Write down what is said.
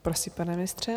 Prosím, pane ministře.